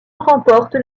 remporte